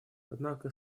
однако